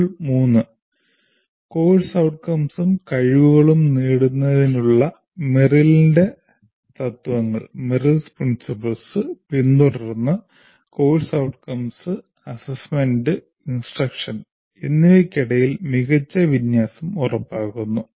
module 3 course outcomesഉം കഴിവുകളും നേടുന്നതിനുള്ള മെറിലിന്റെ തത്ത്വങ്ങൾ Merrill's principles പിന്തുടർന്ന് കോഴ്സ് outcomes വിലയിരുത്തൽ നിർദ്ദേശം എന്നിവയ്ക്കിടയിൽ മികച്ച വിന്യാസം ഉറപ്പാക്കുന്നു